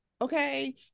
okay